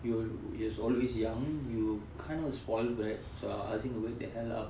you were always young you kind of spoiled brat so I'll ask him to wake the hell up